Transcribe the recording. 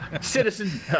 Citizen